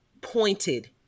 pointed